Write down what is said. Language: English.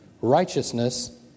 Righteousness